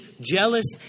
jealous